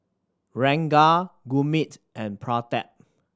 Ranga Gurmeet and Pratap